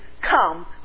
come